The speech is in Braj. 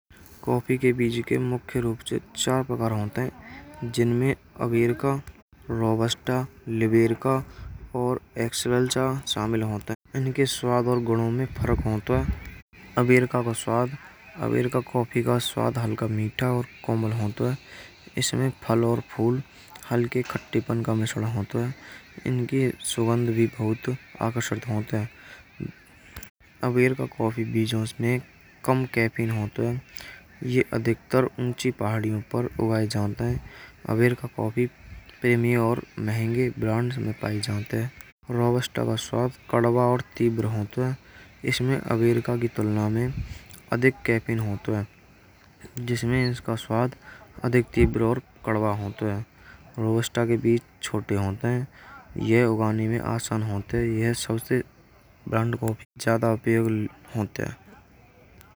कॉफी के बीज के मुख्य रूप से चार प्रकार होता है। जिनमें अमेरिका, रोबस्टा और एक्सेल्सा शामिल होतों हैं। इनके स्वाद और गुणों में फर्क होतों हैं। अमेरिका का स्वाद अमेरिका कॉफी का स्वाद हल्का मीठा और कोमल होतों हैं। इसमें फल और फूल हल्के खट्टेपन का मिश्रण होता है। इनके सुगंध भी बहुत आकर्षण होत है। अमेरिका कॉफी बीज उसमें कम कैफ़ीन होतों हैं। यह अधिकार ऊँची पहाड़ियों पर उगाए जातें हैं। अमेरिका कॉफी प्रेमी और महंगे ब्रांड में पाए जाते हैं। रोबस्टा का स्वाद कड़वा और तीव्र होत है। इसमें अमेरिका की तुलना में अधिक कैफ़ीन होतों हैं। जिसका इसमें स्वाद अधिक तीव्र और कड़वा होता है। रोबस्टा के बीज छोटे होते हैं। यह उगाने में आसान होते हैं। यह सबसे ब्रांड कॉफी को ज्यादा उपयोग होते हैं।